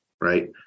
right